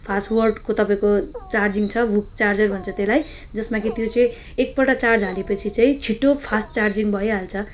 fast वाटको तपाईँको charging छ हुक चार्जर भन्छ त्यसलाई जसमा कि त्यो चाहिँ एकपल्ट चार्ज हालेपछि चाहिँ छिटो फास्ट चार्जिङ भइहाल्छ